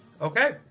Okay